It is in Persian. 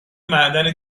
معدن